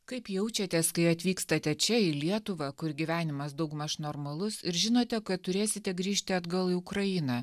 kaip jaučiatės kai atvykstate čia į lietuvą kur gyvenimas daugmaž normalus ir žinote kad turėsite grįžti atgal į ukrainą